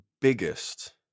biggest